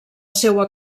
seua